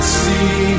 see